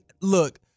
look